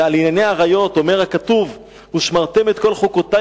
ועל ענייני עריות אומר הכתוב: ושמרתם את כל חוקותי